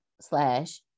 slash